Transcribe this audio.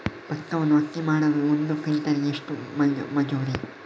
ಭತ್ತವನ್ನು ಅಕ್ಕಿ ಮಾಡಲು ಒಂದು ಕ್ವಿಂಟಾಲಿಗೆ ಎಷ್ಟು ಮಜೂರಿ?